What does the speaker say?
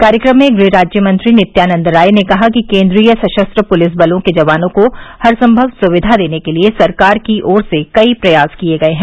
कार्यक्रम में गृह राज्यमंत्री नित्यानंद राय ने कहा कि केन्द्रीय सशस्त्र पुलिस बलों के जवानों को हर संभव सुविधा देने के लिए सरकार की ओर से कई प्रयास किये गये हैं